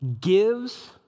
gives